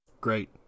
Great